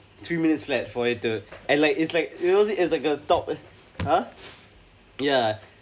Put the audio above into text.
three minutes flat for it to and like it's like you know it's like a top ah ya